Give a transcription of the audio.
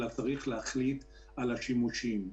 אלא צריך להחליט גם על השימושים.